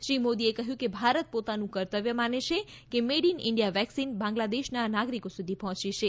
શ્રી મોદીએ કહ્યું કે ભારત પોતાનું કર્તવ્ય માને છે કે મેડ ઇન ઇન્ડિયા વેકસીન બાંગ્લાદેશના નાગરિકો સુધી પહોંચી છે